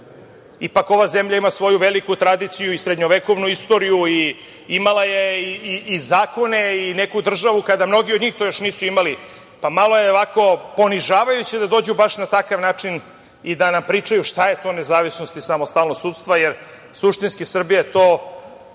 Ipak ova zemlja ima svoju veliku tradiciju, srednjovekovnu istoriju i imala je i zakone i neku državu kada mnogi od njih još nisu imali. Malo je ovako ponižavajuće da dođu baš na takav način i da nam pričaju šta je to nezavisnost i samostalnost sudstva, jer suštinski Srbija je